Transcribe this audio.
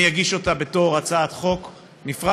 אני אגיש אותה בתור הצעת חוק נפרדת.